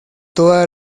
toda